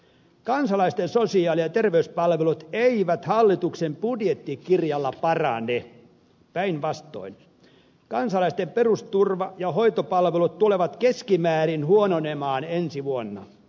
kansalaisten sosiaali ja terveyspalvelut eivät hallituksen budjettikirjalla parane päinvastoin kansalaisten perusturva ja hoitopalvelut tulevat keskimäärin huononemaan ensi vuonna